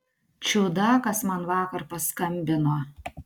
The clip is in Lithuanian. čiudakas man vakar paskambino